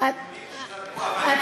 אותם יהודים שזרקו אבנים,